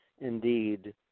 Indeed